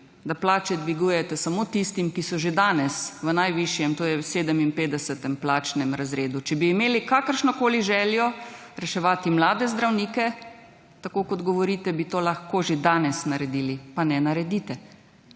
da plače dvigujete samo tistim, ki so že danes v najvišjem, to je v 57. plačnem razredu. Če bi imeli kakršnokoli željo reševati mlade zdravnike, tako kot govorite, bi to lahko že danes naredili, pa ne naredite.